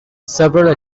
several